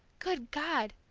good god!